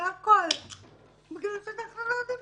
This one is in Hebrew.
כי אנחנו לא יודעים